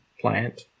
Plant